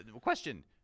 question